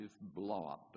blow-up